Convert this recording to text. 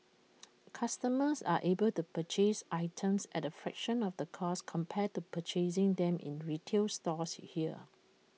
customers are able to purchase items at A fraction of the cost compared to purchasing them in retail stores here